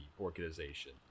organization